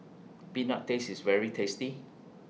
Peanut Paste IS very tasty